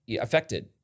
affected